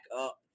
up